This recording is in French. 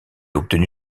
obtenu